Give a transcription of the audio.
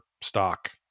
stock